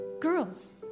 girls